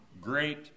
great